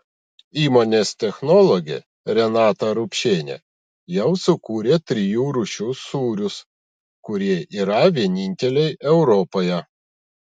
įmonės technologė renata rupšienė jau sukūrė trijų rūšių sūrius kurie yra vieninteliai europoje